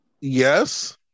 yes